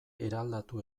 eraldatu